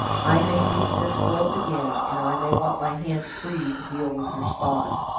i may meet miss gwilt again, and i may want my hand free to deal with your spy!